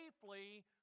safely